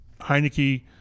Heineke